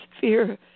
fear